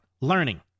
learning